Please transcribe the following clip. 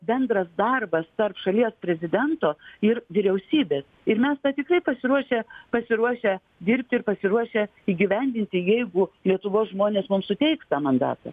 bendras darbas tarp šalies prezidento ir vyriausybės ir mes tą tikrai pasiruošę pasiruošę dirbti ir pasiruošę įgyvendinti jeigu lietuvos žmonės mums suteiks tą mandatą